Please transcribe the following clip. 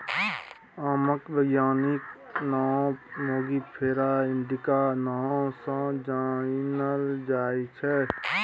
आमक बैज्ञानिक नाओ मैंगिफेरा इंडिका नाओ सँ जानल जाइ छै